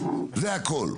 זה הכול.